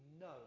no